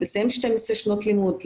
לסיים 12 שנות לימוד,